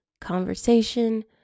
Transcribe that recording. conversation